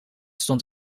stond